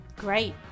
great